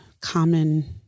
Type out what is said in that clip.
common